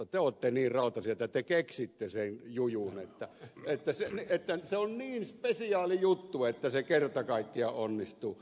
te olette niin rautaisia että te keksitte sen jujun että se on niin spesiaali juttu että se kerta kaikkiaan onnistuu